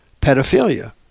pedophilia